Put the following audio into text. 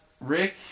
Rick